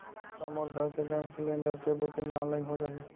का मोर घर के गैस सिलेंडर के बुकिंग ऑनलाइन हो जाही?